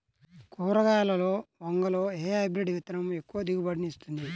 కూరగాయలలో వంగలో ఏ హైబ్రిడ్ విత్తనం ఎక్కువ దిగుబడిని ఇస్తుంది?